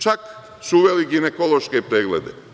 Čak su uveli ginekološke preglede.